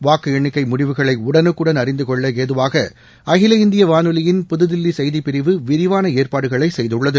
வாக்கு எண்ணிக்கை முடிவுகளை உடனுக்குடன் அறிந்து கொள்ள ஏதுவாக அகில இந்திய வானொலியின் புதுதில்லி செய்திப்பிரிவு விரிவான ஏற்பாடுகள் செய்துள்ளது